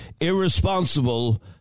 irresponsible